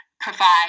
provide